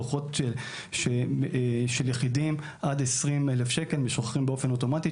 דוחות של יחידים עד 20,000 שקל משוחררים באופן אוטומטי,